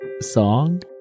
song